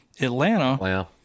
Atlanta